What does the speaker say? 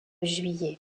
juillet